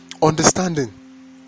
Understanding